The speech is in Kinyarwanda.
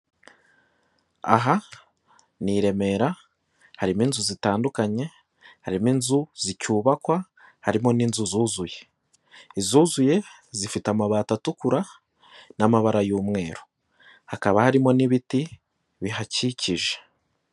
Aha ni i Remera harimo inzu zitandukanye, harimo inzu zicyubakwa, harimo n'inzu zuzuye. Izuzuye zifite amabati atukura n'amabara y'umweru hakaba harimo n'ibiti bihakikije.